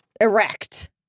erect